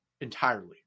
entirely